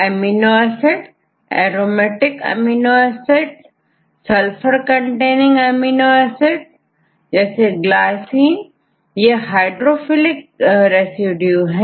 amino acid aromatic amino acids sulphur containing amino acid glycine यह hydrophilic residue के लिए है